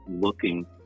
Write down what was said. looking